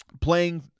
playing